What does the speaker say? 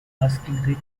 asking